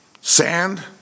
sand